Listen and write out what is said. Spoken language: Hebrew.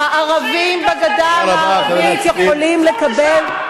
הערבים בגדה המערבית יכולים לקבל,